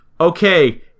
okay